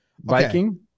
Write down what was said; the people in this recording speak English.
Viking